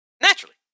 Naturally